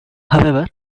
however